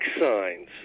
signs